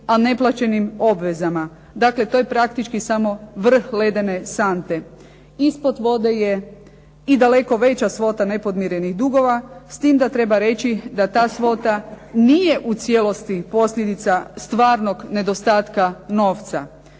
a ne plaćenim obvezama. Dakle, to je praktički samo vrh ledene sante, ispod vode je i daleko veća svota nepodmirenih dugova. S tim da treba reći da ta svota nije u cijelosti posljedica stvarnog nedostatka novca.